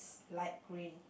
light green